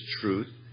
truth